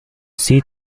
seat